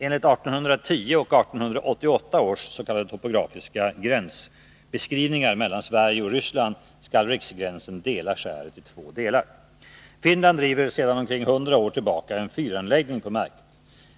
Enligt 1810 och 1888 års s.k. topografiska gränsbeskrivningar mellan Sverige och Ryssland skall riksgränsen dela skäret i två delar. Finland driver sedan omkring hundra år tillbaka en fyranläggning på Märket.